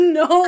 no